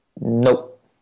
Nope